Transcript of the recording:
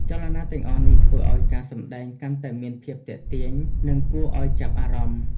ចលនាទាំងអស់នេះធ្វើឲ្យការសម្ដែងកាន់តែមានភាពទាក់ទាញ និងគួរឲ្យចាប់អារម្មណ៍។